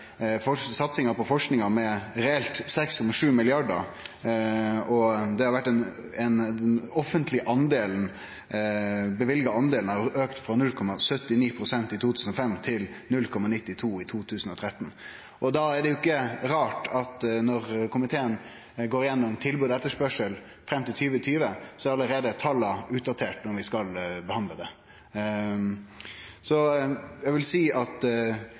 auka satsinga på forskinga med reelt 6,7 mrd. kr, og den offentleg løyvde andelen har auka frå 0,79 pst. i 2005 til 0,92 pst. i 2013. Da er det ikkje rart at når komiteen går gjennom tilbod og etterspørsel fram til 2020, er tala allereie utdaterte når vi skal behandle det. Så eg vil seie at